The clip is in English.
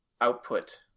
output